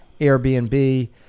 Airbnb